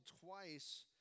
twice